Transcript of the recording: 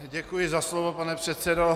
Děkuji za slovo, pane předsedo.